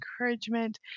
encouragement